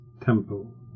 temple